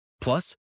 Plus